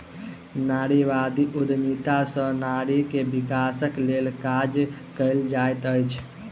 नारीवादी उद्यमिता सॅ नारी के विकासक लेल काज कएल जाइत अछि